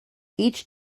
each